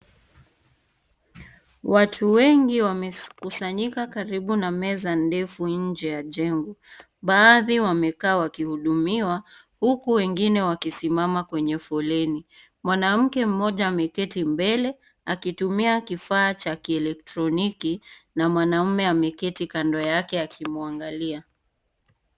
Watu wengi wamekusanyika karibu na meza ndefu nje ya jengo. Baadhi wamekaa wakihudumiwa huku wengine wakisimama kwenye foleni . Mwanamke mmoja ameketi mbele akitumia kifaa cha kielektroniki na mwanaume ameketi Kando yake akimwangalia.